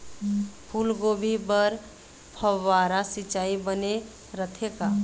फूलगोभी बर फव्वारा सिचाई बने रथे का?